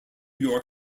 york